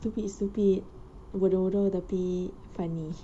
stupid stupid bodoh bodoh tapi funny